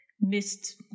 missed